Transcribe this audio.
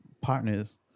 partners